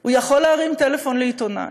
הוא יכול להרים טלפון לעיתונאי,